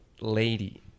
lady